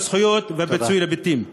בזכויות ובפיצוי על הבתים.